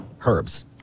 herbs